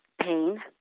pain